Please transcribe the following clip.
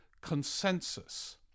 consensus